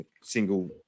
single